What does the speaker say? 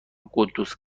قدوس